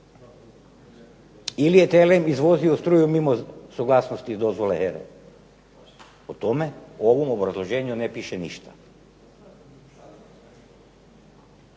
ili je TLM izvozio struju mimo suglasnosti i dozvole HERA-e? O tome u ovom obrazloženju ne piše ništa.